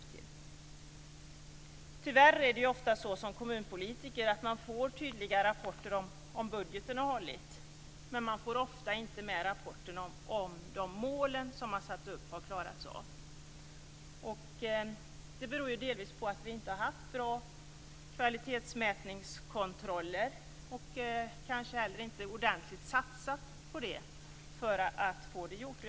Tyvärr får man som kommunpolitiker ofta tydliga rapporter i frågan om budgeten har hållit medan man ofta inte får rapporter om ifall de mål som satts upp har klarats. Det beror delvis på att vi inte har haft bra kvalitetsmätningskontroller och kanske också på att vi inte satsat ordentligt på att få sådana gjorda.